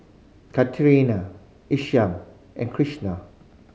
Katharine Isham and Kristian